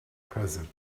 present